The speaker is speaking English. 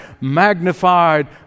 magnified